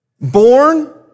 Born